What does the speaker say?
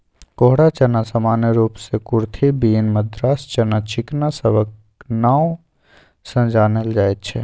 घोड़ा चना सामान्य रूप सँ कुरथी, बीन, मद्रास चना, चिकना सबक नाओ सँ जानल जाइत छै